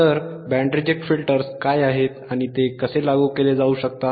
तर band reject filters काय आहेत आणि ते कसे लागू केले जाऊ शकतात